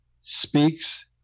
speaks